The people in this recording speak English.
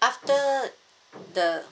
after the